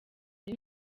ari